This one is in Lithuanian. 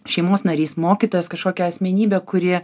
šeimos narys mokytojas kažkokia asmenybė kuri